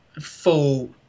full